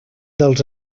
dels